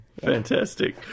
fantastic